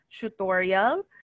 tutorial